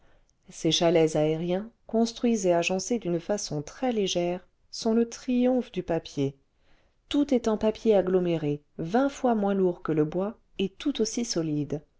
ces chalets aériens construits et agencés d'une façon très légère sont le triomphe du papier tout est en papier aggloméré vingt fois moins lourd que le bois et tout aussi solide